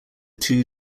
two